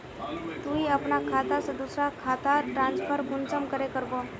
तुई अपना खाता से दूसरा खातात ट्रांसफर कुंसम करे करबो?